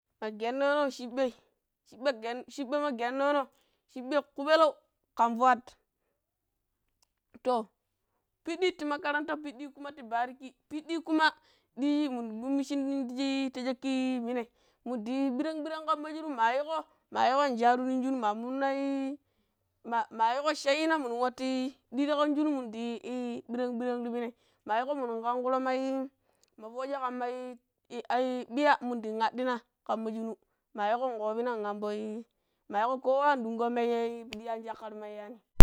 ma gennonoh shiɓai shiɓai shiɓai ma gennono shiɓai kupelew kan fuat to piddi ti makaranta piddi, kuma ti bariki piddi kuma diji minu kumminchin ti chacki minari mmu din yu ɓiran biran kamma shunu mayiko mayiko sharu nin shinu ma muna ii ma ma chaiyinan minu waluyi diji kan shunu, mundi ii biran biran ti minai mayiko minu kankuro ma mai fooje kan ma ii ɓiya mun din addinah kamma shunu mayiko kobib na aɓoi mayiko kowa mayi fudi shi chackar yeyani.